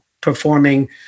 performing